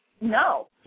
No